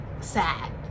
sad